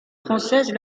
française